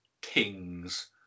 Kings